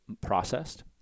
processed